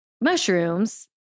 mushrooms